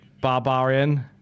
Barbarian